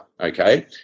okay